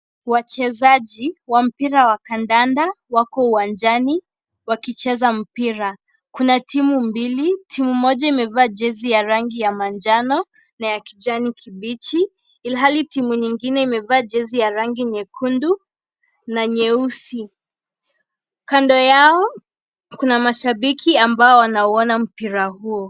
Wachezaji wa mpira wa kandanda wako uwanjani wakicheza mpira, kuna timu mbili, timu moja imevaa Chezi ya rangi ya manjano na ya kijani kipichi, ilhali timu nyingine imevaa Chezi ya rangi nyekundu na nyeusi, kando yao kuna mashabiki ambao wanauona mpira huo.